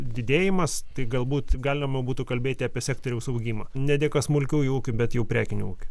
didėjimas tai galbūt galima būtų kalbėti apie sektoriaus augimą ne dėka smulkiųjų ūkių bet jau prekinių ūkių